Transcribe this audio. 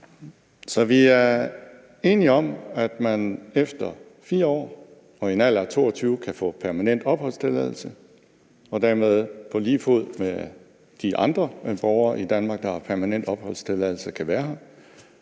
Så vi er enige om, at man efter 4 år og i en alder 22 år kan få permanent opholdstilladelse og dermed på lige fod med de andre borgere i Danmark, der har permanent opholdstilladelse, kan være her.